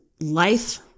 life